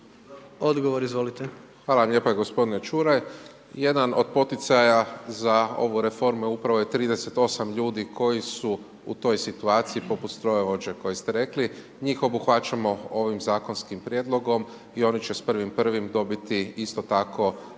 (HDZ)** Hvala vam lijepo gospodine Čuraj. Jedan od poticaja za ovu reformu je upravo 38 ljudi koji su u toj situaciji poput strojovođe koje ste rekli. Njih obuhvaćamo ovim zakonskim prijedlogom i oni će s 1.1. dobiti isto tako